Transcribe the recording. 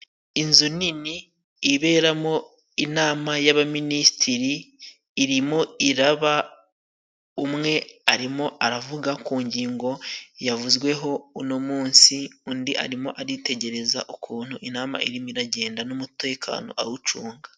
Inzu nini iberamo inama y'abaminisitiri, irimo iraba umwe arimo aravuga ku ngingo yavuzweho uno munsi, undi arimo aritegereza ukuntu inama irimo iragenda n'umutekano awucunga.